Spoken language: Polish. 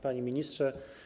Panie Ministrze!